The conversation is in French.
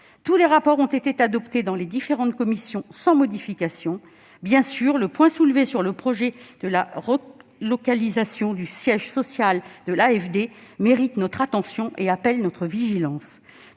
Tous les rapports ont été adoptés dans les différentes commissions sans modification. Bien sûr, le projet de relocalisation du siège social de l'AFD mérite notre attention et appelle notre vigilance.